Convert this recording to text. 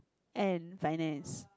and finance